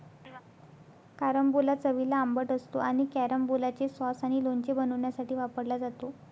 carambola चवीला आंबट असतो आणि कॅरंबोलाचे सॉस आणि लोणचे बनवण्यासाठी वापरला जातो